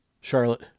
Charlotte